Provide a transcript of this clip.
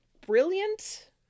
brilliant